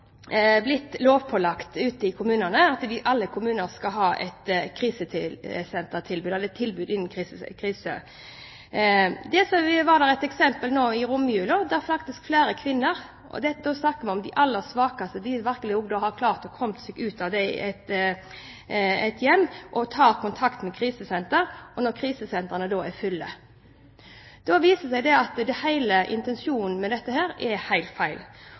blitt lovpålagt i alle kommuner at man skal ha et krisetilbud. Det var et eksempel nå i romjula der faktisk flere kvinner – og da snakker vi om de aller svakeste, virkelig hadde klart å komme seg ut av hjemmet og hadde tatt kontakt med krisesenteret, men krisesenteret var da fullt. Det viser at hele intensjonen med dette blir helt feil.